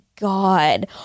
God